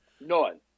None